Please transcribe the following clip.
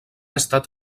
estat